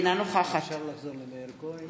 אינה נוכחת אפשר לחזור למאיר כהן?